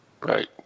Right